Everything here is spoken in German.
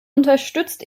unterstützt